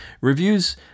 Reviews